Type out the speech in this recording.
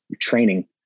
training